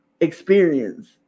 experience